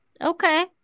Okay